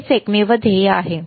तेच एकमेव ध्येय आहे